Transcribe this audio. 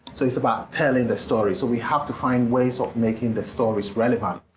so it's about telling the stories. so we have to find ways of making the stories relevant.